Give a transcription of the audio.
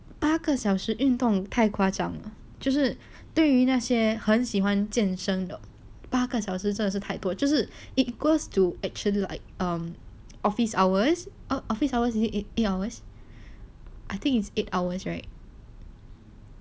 八个小时运动太夸张了就是对于那些很喜欢健身的八个小时真的是太多就是 it equals to actually like um office hours oh office hours is it eight hours I think it's eight hours right